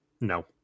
No